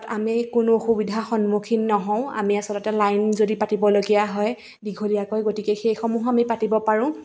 তাত আমি কোনো অসুবিধাৰ সন্মুখীন নহওঁ আমি আচলতে লাইন যদি পাতিব লগীয়া হয় দীঘলীয়াকৈ গতিকে সেইসমূহ আমি পাতিব পাৰোঁ